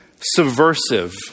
subversive